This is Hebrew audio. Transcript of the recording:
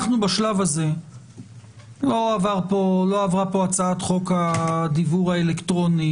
בשלב הזה לא עברה הצעת חוק הדיוור האלקטרוני,